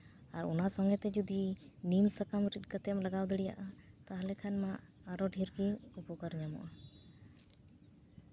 ᱟᱨ ᱚᱱᱟ ᱥᱚᱝᱜᱮ ᱛᱮ ᱡᱩᱫᱤ ᱱᱤᱢ ᱥᱟᱠᱟᱢ ᱨᱤᱫ ᱠᱟᱛᱮᱢ ᱞᱟᱜᱟᱣ ᱫᱟᱲᱮᱭᱟᱜᱼᱟ ᱛᱟᱦᱞᱮ ᱠᱷᱟᱱ ᱢᱟ ᱟᱨᱚ ᱰᱷᱮᱨ ᱜᱮ ᱩᱯᱚᱠᱟᱨ ᱧᱟᱢᱚᱜᱼᱟ